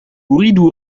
أريد